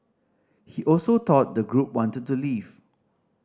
he also thought the group wanted to leave